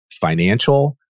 financial